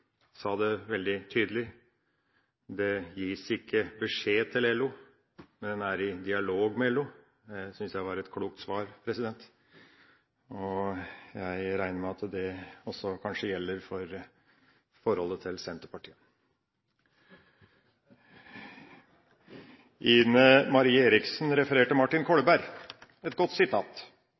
sa det veldig tydelig: Det gis ikke beskjed til LO, man er i dialog med LO. Det syns jeg var et klokt svar. Jeg regner med at det også kanskje gjelder for forholdet til Senterpartiet. Ine Marie Eriksen Søreide refererte Martin Kolberg – et godt sitat: